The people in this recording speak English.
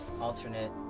alternate